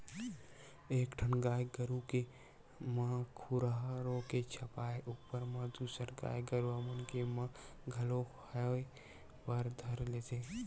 एक ठन गाय गरु के म खुरहा रोग के छपाय ऊपर म दूसर गाय गरुवा मन के म घलोक होय बर धर लेथे